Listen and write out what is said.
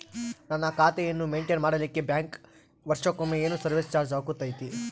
ನನ್ನ ಖಾತೆಯನ್ನು ಮೆಂಟೇನ್ ಮಾಡಿಲಿಕ್ಕೆ ಬ್ಯಾಂಕ್ ವರ್ಷಕೊಮ್ಮೆ ಏನು ಸರ್ವೇಸ್ ಚಾರ್ಜು ಹಾಕತೈತಿ?